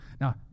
Now